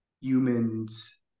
humans